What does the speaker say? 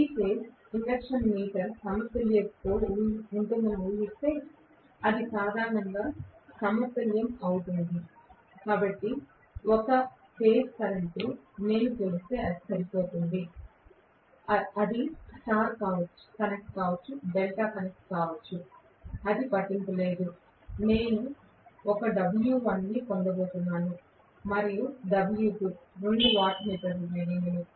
3 phase induction meter సమతుల్యతతో ఉంటుందని ఊహిస్తే అది సాధారణంగా సమతుల్యమవుతుంది కాబట్టి 1 ఫేజ్ కరెంట్ నేను కొలిస్తే సరిపోతుంది అది స్టార్ కనెక్ట్ కావచ్చు డెల్టా కనెక్ట్ కావచ్చు అది పట్టింపు లేదు నేను 1 W1 పొందబోతున్నాను మరియు W2 2 వాట్మీటర్ రీడింగులు